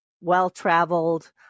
well-traveled